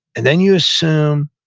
and then you assume,